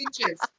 inches